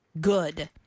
good